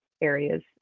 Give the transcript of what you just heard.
areas